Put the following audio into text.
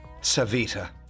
Savita